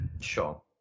Sure